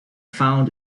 found